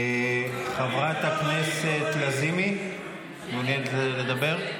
חברת הכנסת לזימי, מעוניינת לדבר?